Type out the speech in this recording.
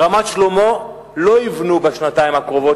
ברמת-שלמה לא יבנו בשנתיים הקרובות,